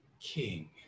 king